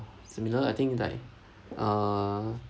similar I think like uh